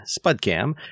SpudCam